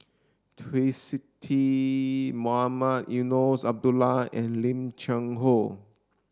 Twisstii Mohamed Eunos Abdullah and Lim Cheng Hoe